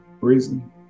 Reason